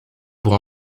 pour